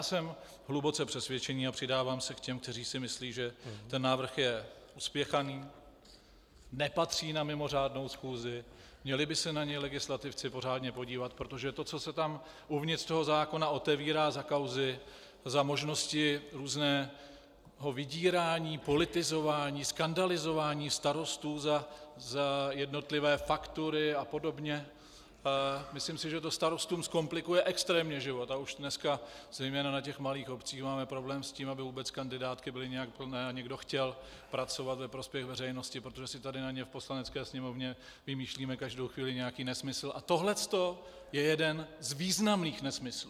Jsem hluboce přesvědčený a přidávám se k těm, kteří si myslí, že návrh je uspěchaný, nepatří na mimořádnou schůzi, měli by se na něj legislativci pořádně podívat, protože to, co se uvnitř zákona otevírá za kauzy, za možnosti různého vydírání, politizování, skandalizování starostů za jednotlivé faktury apod., myslím si, že to starostům zkomplikuje extrémně život, a už dneska, zejména na malých obcích, máme problém s tím, aby vůbec kandidátky byly nějak plné a někdo chtěl pracovat ve prospěch veřejnosti, protože si tady na ně v Poslanecké sněmovně vymýšlíme každou chvíli nějaký nesmysl, a tohle je jeden z významných nesmyslů.